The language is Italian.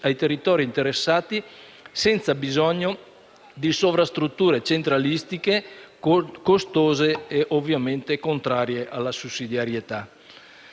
ai territori interessati, senza bisogno di sovrastrutture centralistiche, costose e ovviamente contrarie alla sussidiarietà.